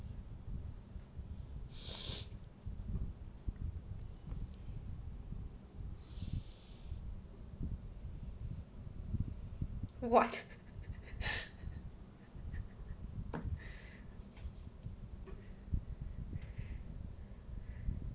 what